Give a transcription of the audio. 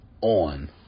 on